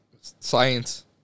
Science